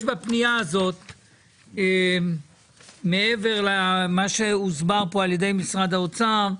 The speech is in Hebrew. יש בפנייה הזאת מעבר למה שהוסבר פה על ידי משרד האוצר,